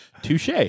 Touche